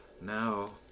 Now